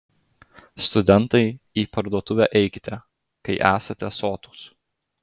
studentai į parduotuvę eikite kai esate sotūs